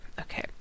Okay